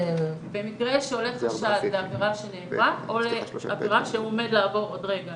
במקרה שעולה חשד לעבירה שנעברה או עבירה שהוא עומד לעבור עוד רגע.